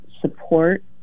support